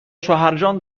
شوهرجان